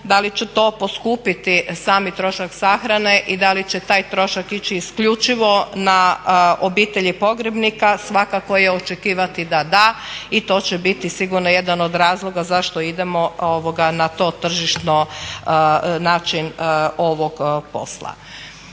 Da li će to poskupiti sami trošak sahrane i da li će taj trošak ići isključivo na obitelji pogrebnika, svakako je očekivati da da i to će biti sigurno jedan od razloga zašto idemo na to tržišno, način ovog posla.